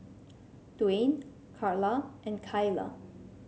Dwain Carla and Kaila